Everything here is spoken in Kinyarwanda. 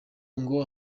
ngo